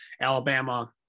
alabama